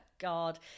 God